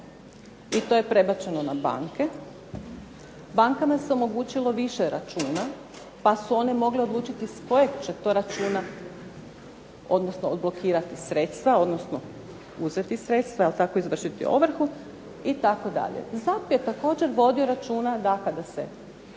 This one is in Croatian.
i to je prebačeno na banke. Bankama se omogućilo više računa, pa su one mogle odlučiti s kojeg će to računa, odnosno odblokirati sredstva, odnosno uzeti sredstva i tako izvršiti ovrhu itd. ZAP je također vodio računa da kada se,